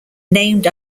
named